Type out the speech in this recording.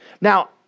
Now